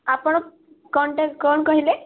ଆପଣ କ'ଣଟା କ'ଣ କହିଲେ